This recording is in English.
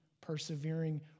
persevering